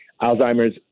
Alzheimer's